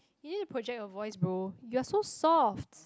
you need to project your voice bro you are so soft